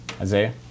Isaiah